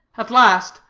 at last,